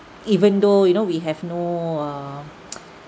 even though you know we have no err